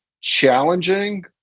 challenging